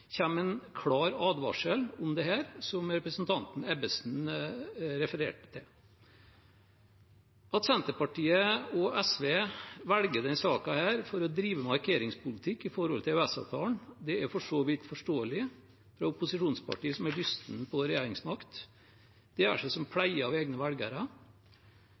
en klar advarsel om dette, som representanten Ebbesen refererte til. At Senterpartiet og SV velger denne saken til å drive med markeringspolitikk overfor EØS-avtalen, er for så vidt forståelig fra opposisjonsparti som er lystne på regjeringsmakt – det gjør seg som pleie av egne velgere